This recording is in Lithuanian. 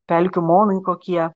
pelkių monai kokie